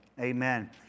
Amen